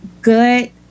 good